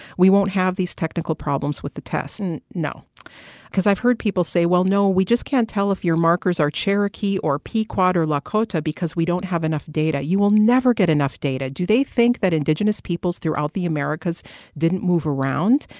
we won't have these technical problems with the tests. and no. because i've heard people say well, no, we just can't tell if your markers are cherokee or pequot or lakota because we don't have enough data. you will never get enough data. do they think that indigenous peoples throughout the americas didn't move around,